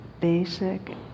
basic